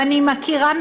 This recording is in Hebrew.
ואני מכירה,